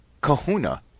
kahuna